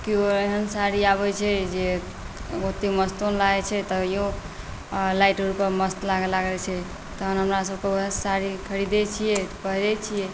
केओ एहन साड़ी आबै छै जे ओतेक मस्तो नहि लागै छै तहिओ लाइट वेटपर मस्त लागै लगै छै तेहन हमरासबके वएह साड़ी खरिदै छिए पहिरै छिए